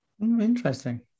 Interesting